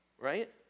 Right